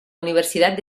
universidad